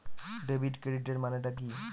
Debit ক্রেডিটের মানে টা কি?